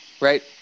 Right